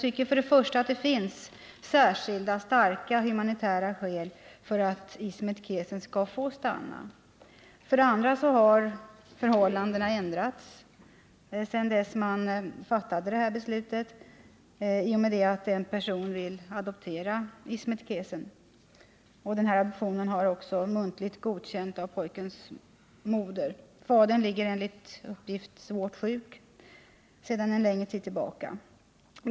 För det första finns det särskilda, starka, humanitära skäl för att Ismet Kesen skall få stanna. För det andra har förhållandena ändrats sedan man fattade det här beslutet: En person vill adoptera Ismet Kesen. Adoptionen har muntligen godkänts av pojkens moder; fadern ligger enligt uppgift svårt sjuk sedan en längre tid.